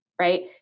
right